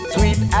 Sweet